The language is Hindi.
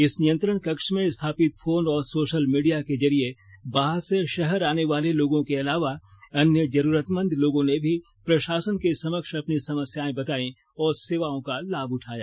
इस नियंत्रण कक्ष में स्थापित फोन और सोषल मीडिया के जरिये बाहर से शहर आने वाले लोगों के अलावा अन्य जरूरतमंद लोगों ने भी प्रषासन के समक्ष अपनी समस्याएं बतायीं और सेवाओं का लाभ उठाया